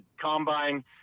combine